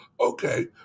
okay